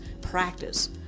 practice